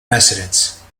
residence